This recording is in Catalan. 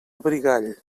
abrigall